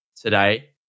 today